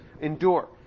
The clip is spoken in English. endure